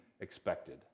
expected